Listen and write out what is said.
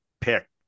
pick